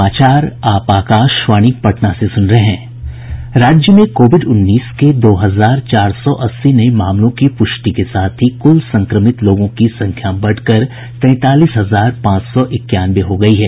राज्य में कोविड उन्नीस के दो हजार चार सौ अस्सी नये मामलों की प्रष्टि के साथ ही कुल संक्रमित लोगों की संख्या बढ़कर तैंतालीस हजार पांच सौ इक्यानवे हो गयी है